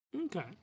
Okay